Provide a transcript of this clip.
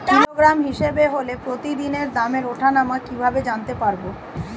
Kilogram হিসাবে হলে প্রতিদিনের দামের ওঠানামা কিভাবে মোবাইলে জানতে পারবো?